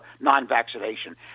non-vaccination